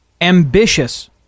ambitious